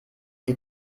die